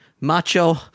macho